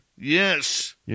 Yes